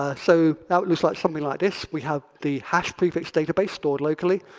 ah so not it looks like something like this. we have the hash prefix database stored locally.